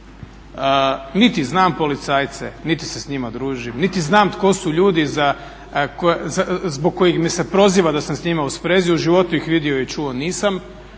Niti znam policajce, niti se s njima družim, niti znam tko su ljudi zbog kojih me se proziva da sam s njima u sprezi. U životu ih vidio i čuo nisam,